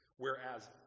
Whereas